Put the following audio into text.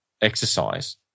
exercise